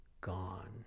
Gone